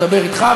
לדבר אתך,